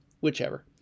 whichever